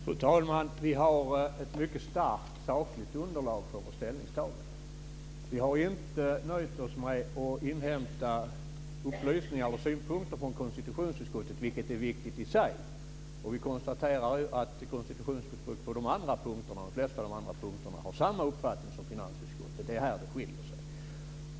Fru talman! Vi har ett mycket starkt sakligt underlag för vårt ställningstagande. Vi har inte nöjt oss med att inhämta synpunkter från konstitutionsutskottet, vilket är viktigt i sig. Vi konstaterar ju att konstitutionsutskottet på de flesta av de andra punkterna har samma uppfattning som finansutskottet. Det är här det skiljer sig.